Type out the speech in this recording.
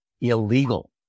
illegal